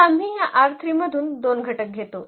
तर आम्ही या मधून दोन घटक घेतो